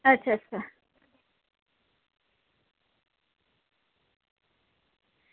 अच्छा अच्छा